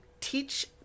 teach